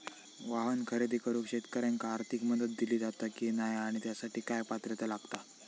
वाहन खरेदी करूक शेतकऱ्यांका आर्थिक मदत दिली जाता की नाय आणि त्यासाठी काय पात्रता लागता?